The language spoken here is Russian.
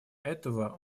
этого